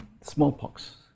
smallpox